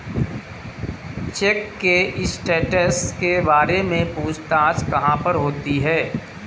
Check के status के बारे में पूछताछ कहाँ पर होती है?